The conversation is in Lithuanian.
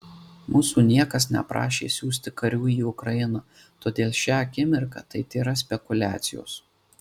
mūsų niekas neprašė siųsti karių į ukrainą todėl šią akimirką tai tėra spekuliacijos